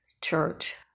church